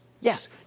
Yes